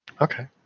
Okay